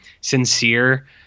sincere